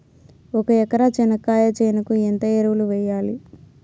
ఒక ఎకరా చెనక్కాయ చేనుకు ఎంత ఎరువులు వెయ్యాలి?